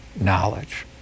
knowledge